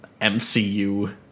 MCU